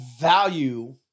value